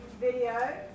video